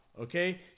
okay